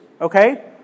okay